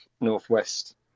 Northwest